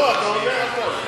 אדוני, לא קראתי לך.